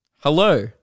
Hello